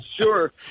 Sure